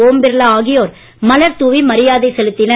ஒம்பிர்லாஆகி யோர்மலர்தூவிமரியாதைசெலுத்தினர்